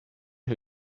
who